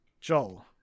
Joel